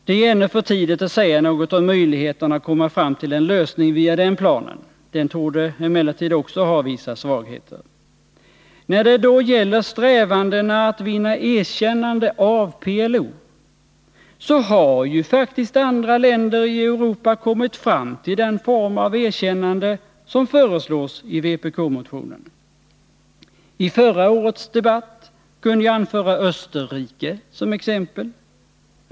Det är ännu för tidigt att säga något om möjligheterna att komma fram till en lösning via den planen. Den torde emellertid också ha vissa svagheter. När det då gäller strävandena att vinna erkännande för PLO, så har ju faktiskt andra länder i Europa kommit fram till den form av erkännande som föreslås i vpk-motionen. I förra årets debatt kunde jag anföra Österrike som exempel.